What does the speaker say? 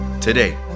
Today